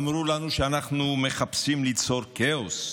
אמרו לנו שאנחנו מחפשים ליצור כאוס,